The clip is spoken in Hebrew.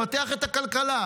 לפתח את הכלכלה,